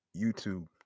YouTube